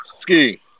Ski